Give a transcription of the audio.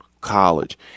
college